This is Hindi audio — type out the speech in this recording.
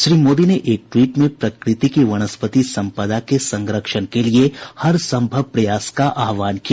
श्री मोदी ने एक ट्वीट में प्रकृति की वनस्पति संपदा के संरक्षण के लिए हरसंभव प्रयास का आह्वान किया